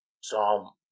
Psalm